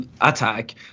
attack